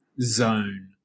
zone